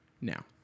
now